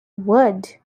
would